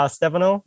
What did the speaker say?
Stefano